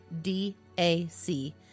DAC